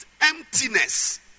emptiness